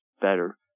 better